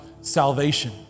salvation